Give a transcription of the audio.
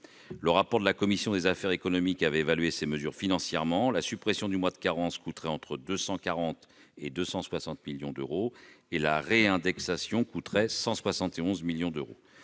Le rapport de la commission des affaires économiques avait évalué financièrement ces mesures : la suppression du mois de carence coûterait entre 240 et 260 millions d'euros ; la réindexation équivaudrait à 171 millions d'euros.